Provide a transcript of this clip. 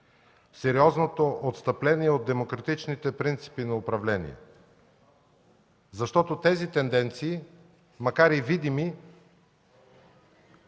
сериозното отстъпление от демократичните принципи на управление, защото тези тенденции, макар и видими,